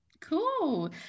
Cool